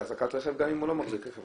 לאחזקת רכב גם אם הוא לא מחזיק רכב.